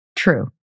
True